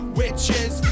witches